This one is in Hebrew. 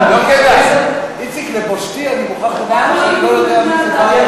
לבושתי אני מוכרח לומר שאני לא יודע מי זה "בעל הטורים".